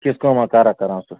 کِژھ کٲما کارا کَران سُہ